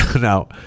now